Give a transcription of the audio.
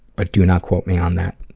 but do not quote me on that.